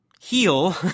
heal